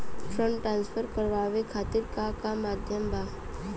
Fund transfer करवाये खातीर का का माध्यम बा?